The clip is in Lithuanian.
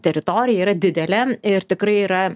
teritorija yra didelė ir tikrai yra